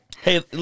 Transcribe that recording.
Hey